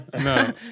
No